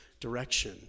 direction